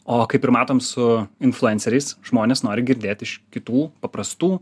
o kaip ir matom su influenceriais žmonės nori girdėt iš kitų paprastų